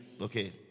okay